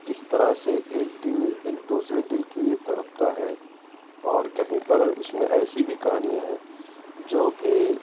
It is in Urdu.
کہ کس طرح سے ایک دل ایک دوسرے دل کے لیے تڑپتا ہے اور کہیں پر اس میں ایسی بھی کہانیاں ہیں جو کہ